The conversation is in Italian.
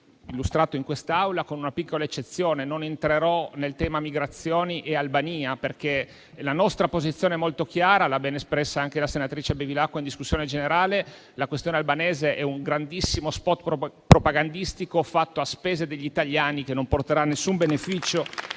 illustrato in quest'Aula con una piccola eccezione. Non entrerò nel tema inerente migrazioni e Albania, perché la nostra posizione è molto chiara ed è stata ben espressa dalla senatrice Bevilacqua in discussione generale: la questione albanese è un grandissimo spot propagandistico fatto a spese degli italiani, che non porterà alcun beneficio